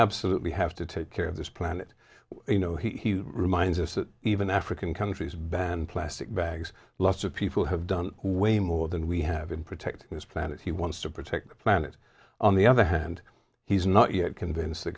absolutely have to take care of this planet you know he reminds us that even african countries ban plastic bags lots of people have done way more than we have in protecting this planet he wants to protect the planet on the other hand he's not yet convinced th